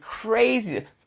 crazy